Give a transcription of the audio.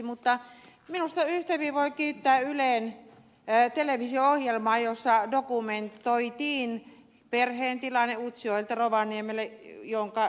mutta minusta yhtä hyvin voi kiittää ylen televisio ohjelmaa jossa dokumentoitiin perheen tilanne utsjoelta rovaniemelle ja jonka ed